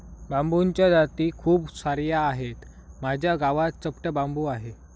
बांबूच्या जाती खूप सार्या आहेत, माझ्या गावात चपटा बांबू आहे